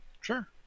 Sure